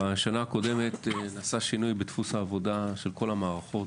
בשנה הקודמת נעשה שינוי בדפוס העבודה של כל המערכות,